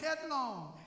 headlong